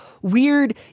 weird